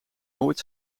nooit